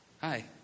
Hi